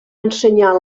ensenyar